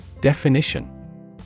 Definition